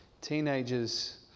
teenagers